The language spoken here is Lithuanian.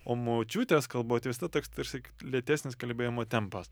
o močiutės kalboj tai visada toks tarsi lėtesnis kalbėjimo tempas